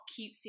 cutesy